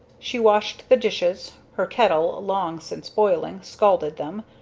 she washed the dishes her kettle long since boiling, scalded them,